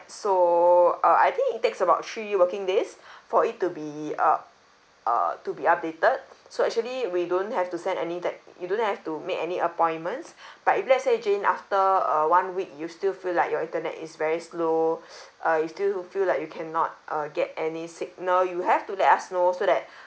so uh I think it takes about three working days for it to be uh err to be updated so actually we don't have to send anyth~ you don't have to make any appointments but if let's say jane after uh one week you still feel like your internet is very slow uh you still feel like you cannot uh get any signal you have to let us know so that